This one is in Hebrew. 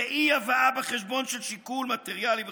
באי-הבאה בחשבון של שיקול מטריאלי וכדומה".